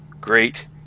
great